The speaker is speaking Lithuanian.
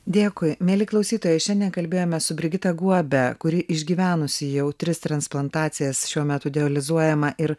dėkui mieli klausytojai šiandien kalbėjome su brigita guobe kuri išgyvenusi jau tris transplantacijas šiuo metu idealizuojama ir